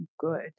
good